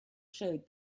showed